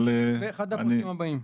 זה אחד הפרקים הבאים.